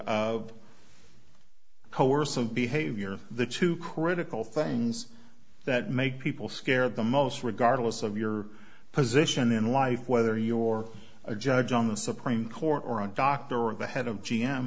coercive behavior the two critical things that make people scared the most regardless of your position in life whether your a judge on the supreme court or a doctor or the head of g